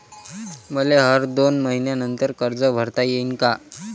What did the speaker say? मले हर दोन मयीन्यानंतर कर्ज भरता येईन का?